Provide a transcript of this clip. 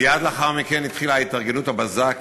מייד לאחר מכן התחילה התארגנות הבזק